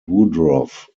woodruff